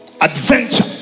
adventure